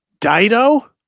Dido